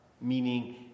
meaning